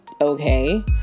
okay